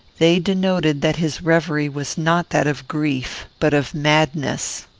they denoted that his reverie was not that of grief, but of madness.